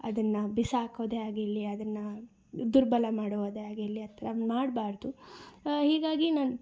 ಅದನ್ನು ಬಿಸಾಕೋದೆ ಆಗಿರಲಿ ಅದನ್ನು ದುರ್ಬಲ ಮಾಡುವುದೇ ಆಗಿರಲಿ ಆ ಥರ ಮಾಡಬಾರ್ದು ಹೀಗಾಗಿ ನಾನ್